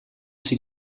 sie